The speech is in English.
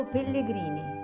Pellegrini